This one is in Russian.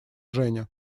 женя